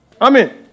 Amen